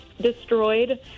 destroyed